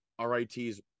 RIT's